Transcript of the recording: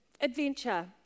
Adventure